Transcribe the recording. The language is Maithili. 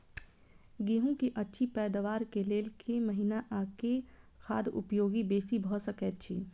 गेंहूँ की अछि पैदावार केँ लेल केँ महीना आ केँ खाद उपयोगी बेसी भऽ सकैत अछि?